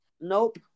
Nope